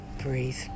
breathe